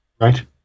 right